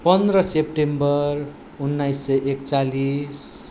पन्ध्र सेप्टेम्बर उन्नाइस सय एकचालिस